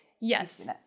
Yes